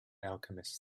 alchemist